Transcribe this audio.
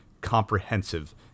comprehensive